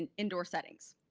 and indoor settings.